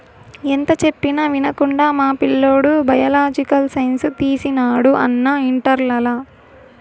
ఎంత చెప్పినా వినకుండా మా పిల్లోడు బయలాజికల్ సైన్స్ తీసినాడు అన్నా ఇంటర్లల